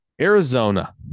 Arizona